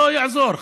לא יעזור.